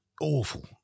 awful